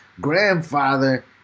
grandfather